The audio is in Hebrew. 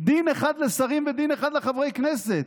דין אחד לשרים ודין אחד לחברי הכנסת?